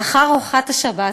לאחר ארוחת השבת